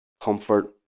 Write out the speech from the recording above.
comfort